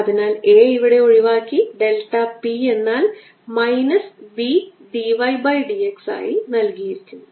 അതിനാൽ A ഇവിടെ ഒഴിവാക്കി ഡെൽറ്റ p എന്നാൽ minus B d y by d x ആയി നൽകിയിരിക്കുന്നു